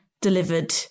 delivered